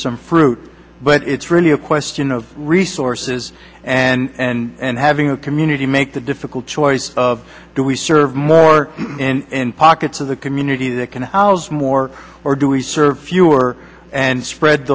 some fruit but it's really a question of resources and having the community make the difficult choice of do we serve more in pockets of the community that can house more or do we serve fewer and spread